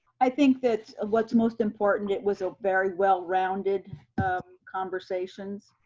i think that what's most important it was a very well-rounded conversations